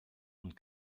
und